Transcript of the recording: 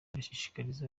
irashishikariza